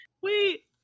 Wait